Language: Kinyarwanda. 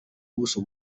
buso